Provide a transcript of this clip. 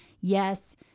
yes